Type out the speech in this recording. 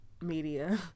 media